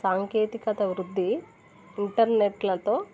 సాంకేతికత వృద్ధి ఇంటర్నెట్లతో